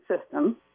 system